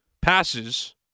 passes